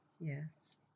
Yes